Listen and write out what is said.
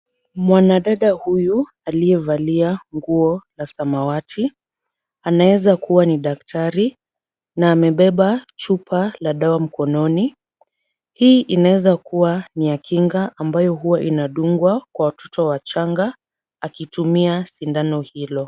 Mwanadada huyu aliyevalia nguo la samawati, anaweza kuwa ni daktari na amebeba chupa la dawa mkononi. Hii inaweza kuwa ni ya kinga ambayo huwa inadungwa kwa watoto wachanga akitumia sindano hilo.